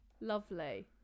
Lovely